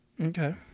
Okay